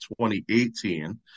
2018